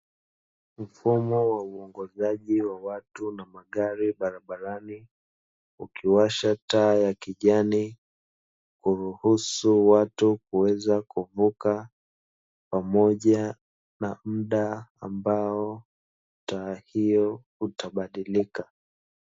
Mfumo wa uongozaji wa watu na magari barabarani ukiwasha taa ya kijani kuruhusu watu kuweza kuvuka pamoja na mda ambao taa hiyo itabadirika.